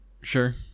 Sure